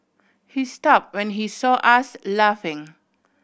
he stop when he saw us laughing